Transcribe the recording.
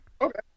Okay